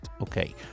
Okay